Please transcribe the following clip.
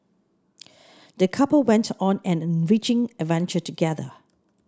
the couple went on an enriching adventure together